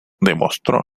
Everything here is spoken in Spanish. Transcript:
demostró